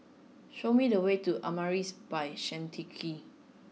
show me the way to Amaris by Santika